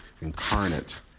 incarnate